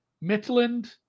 Midland